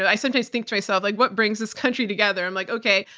i sometimes think to myself, like, what brings this country together? i'm like, okay,